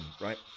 right